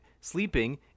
sleeping